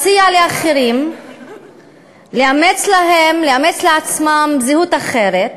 מציע לאחרים לאמץ לעצמם זהות אחרת,